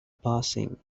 passing